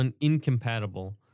incompatible